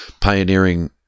pioneering